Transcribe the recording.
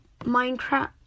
Minecraft